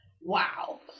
wow